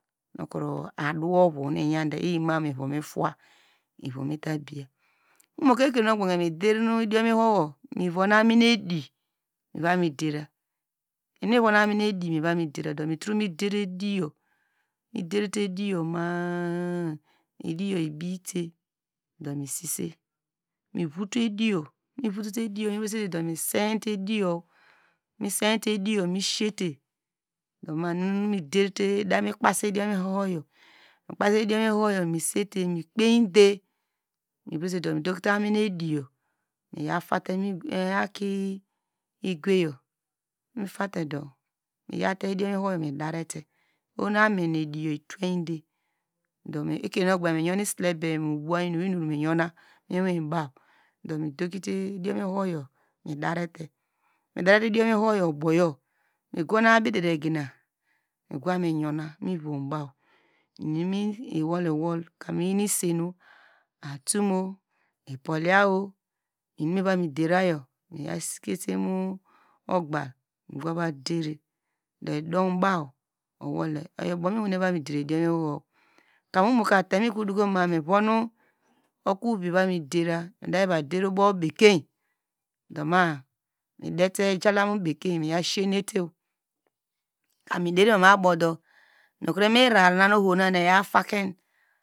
Nukro adu ovo nu iwande iyima mu ivomitowa ivomitabiya, umuka ekrenu ogbanke me der nu idiom ihoho mi von amin edi nuva midera nunu mivon amin edi miva mi dera do, mitro me der ediyo, miderte ediyor ma- a ediyo ibite ma mi sisete, mivoto ediyo, do mi siete, do manu danu kpasi idiom ihoho yo misisite mikpeite mivresit me yante amin edi miya kpaset te mu ekon aki igwe yor, nutatedo miyate idiom ihoho yor me darete ohonu amin ediyo ituw ende do ekronu abanke miytu isilebem, obuwan ebir, do mi dokite idion midarete idio ihoho yaw ubuyo, mi gowan abi dedigina migwa miyant utum mu, ipohya inum miva miderayo ijalam bekein miya, kam nukro inurara nan